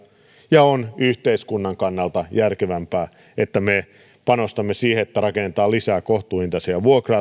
ja on yhteiskunnan kannalta järkevämpää että me panostamme siihen että rakennetaan lisää kohtuuhintaisia vuokra